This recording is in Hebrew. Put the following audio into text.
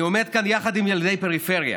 אני עומד כאן יחד עם ילדי הפריפריה